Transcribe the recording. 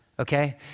okay